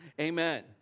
Amen